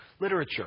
literature